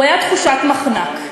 הוא היה תחושת מחנק.